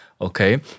Okay